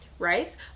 right